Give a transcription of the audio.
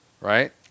Right